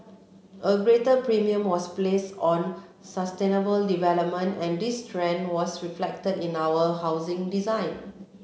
a greater premium was placed on sustainable development and this trend was reflected in our housing design